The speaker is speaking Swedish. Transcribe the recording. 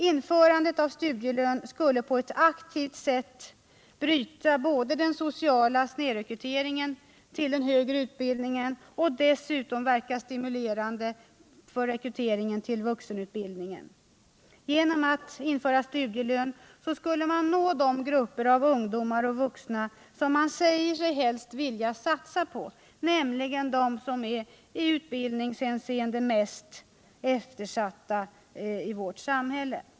Införande av studielön skulle på ett aktivt sätt både bryta den sociala snedrekryteringen till den högre utbildningen och verka stimulerande för rekryteringen till vuxenutbildningen. Genom att införa studielön skulle man nå de grupper av ungdomar och vuxna som man säger sig helst vilja satsa på, nämligen de som i utbildningshänseende är mest eftersatta i vårt samhälle.